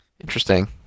Interesting